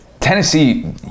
Tennessee